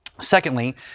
Secondly